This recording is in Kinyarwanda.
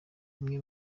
bimwe